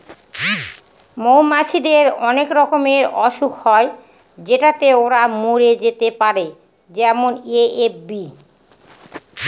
মৌমাছিদের অনেক রকমের অসুখ হয় যেটাতে ওরা মরে যেতে পারে যেমন এ.এফ.বি